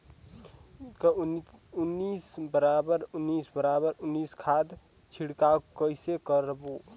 उन्नीस बराबर उन्नीस बराबर उन्नीस खाद छिड़काव कइसे करबो?